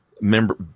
member